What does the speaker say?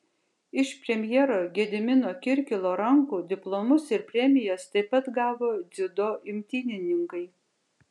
iš premjero gedimino kirkilo rankų diplomus ir premijas taip pat gavo dziudo imtynininkai